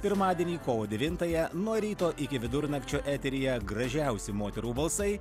pirmadienį kovo devintąją nuo ryto iki vidurnakčio eteryje gražiausi moterų balsai